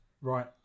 Right